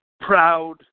Proud